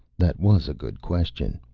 that was a good question.